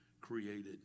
created